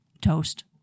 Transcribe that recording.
Toast